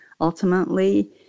ultimately